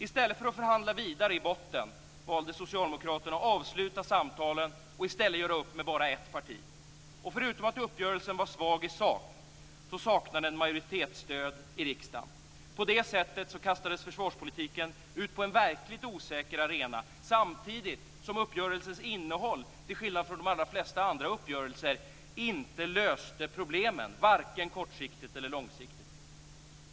I stället för att förhandla vidare i botten valde Socialdemokraterna att avsluta samtalen och i stället göra upp med bara ett parti. Förutom att uppgörelsen var svag i sak saknade den majoritetsstöd i riksdagen. På det sättet kastades försvarspolitiken ut på en verkligt osäker arena, samtidigt som uppgörelsens innehåll till skillnad från de allra flesta andra uppgörelser inte löste problemen - vare sig kortsiktigt eller långsiktigt.